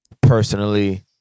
Personally